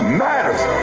matters